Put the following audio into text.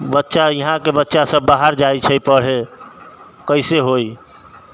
बच्चा इहाँके बच्चा सब बाहर जाइ छै पढ़े कैसे होइ